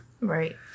Right